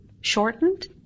Shortened